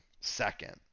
second